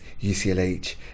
UCLH